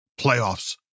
playoffs